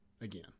again